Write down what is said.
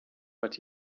but